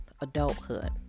adulthood